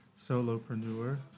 solopreneur